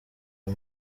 aya